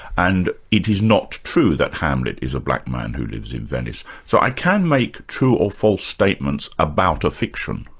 and it is not true that hamlet is a black man who lives in venice. so i can make true or false statements about a fiction.